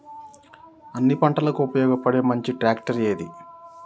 అన్ని పంటలకు ఉపయోగపడే మంచి ట్రాక్టర్ ఏది?